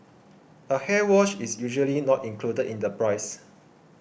a hair wash is usually not included in the price